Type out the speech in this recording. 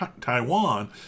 Taiwan